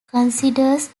considers